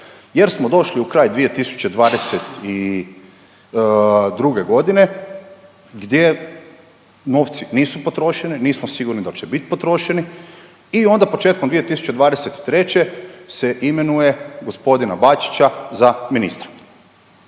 jer smo došli u kraj 2022.g. gdje novci nisu potrošeni, nismo sigurni dal će bit potrošeni i onda početkom 2023. se imenuje g. Bačića za ministra.